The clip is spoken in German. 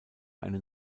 einen